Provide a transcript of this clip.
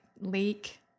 leak